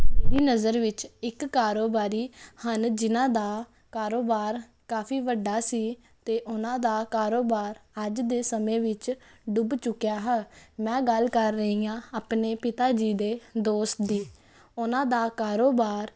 ਮੇਰੀ ਨਜ਼ਰ ਵਿੱਚ ਇੱਕ ਕਾਰੋਬਾਰੀ ਹਨ ਜਿਹਨਾਂ ਦਾ ਕਾਰੋਬਾਰ ਕਾਫੀ ਵੱਡਾ ਸੀ ਅਤੇ ਉਹਨਾਂ ਦਾ ਕਾਰੋਬਾਰ ਅੱਜ ਦੇ ਸਮੇਂ ਵਿੱਚ ਡੁੱਬ ਚੁੱਕਿਆ ਹੈ ਮੈਂ ਗੱਲ ਕਰ ਰਹੀ ਹਾਂ ਆਪਣੇ ਪਿਤਾ ਜੀ ਦੇ ਦੋਸਤ ਦੀ ਉਹਨਾਂ ਦਾ ਕਾਰੋਬਾਰ